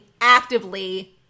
actively